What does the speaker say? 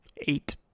eight